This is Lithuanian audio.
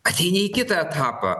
ateini į kitą etapą